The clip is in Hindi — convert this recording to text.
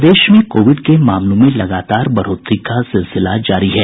प्रदेश में कोविड के मामलों में लगातार बढ़ोतरी का सिलसिला जारी है